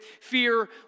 fear